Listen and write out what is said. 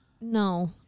No